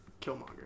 Killmonger